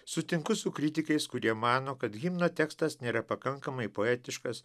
sutinku su kritikais kurie mano kad himno tekstas nėra pakankamai poetiškas